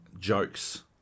jokes